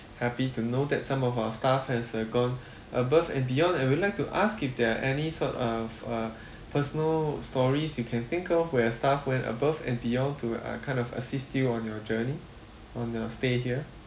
happy to know that some of our staff has uh gone above and beyond and would like to ask if there are any sort of uh personal stories you can think of where staff went above and beyond to uh kind of assist you on your journey on your stay here